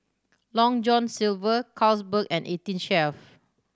Long John Silver Carlsberg and Eighteen Chef